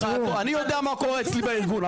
אני יודע מה קורה אצלי בארגון.